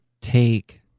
take